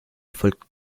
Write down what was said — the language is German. folgt